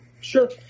Sure